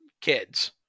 kids